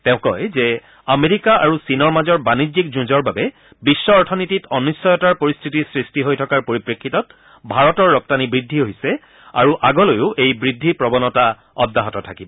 তেওঁ কয় যে আমেৰিকা আৰু চীনৰ মাজৰ বাণিজ্যিক যুঁজৰ বাবে বিশ্ব অথনীতিত অনিশ্চয়তাৰ পৰিস্থিতি সৃষ্টি হৈ থকাৰ পৰিপ্ৰেক্ষিতত ভাৰতৰ ৰপ্তানি বৃদ্ধি হৈছে আৰু আগলৈও এই বৃদ্ধিৰ প্ৰৱণতা অব্যাহত থাকিব